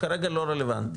כרגע לא רלוונטי,